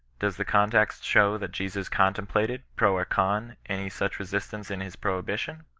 does the context show that jesus contemplated, pro or con, any such resistance in his prohibition?